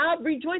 rejoice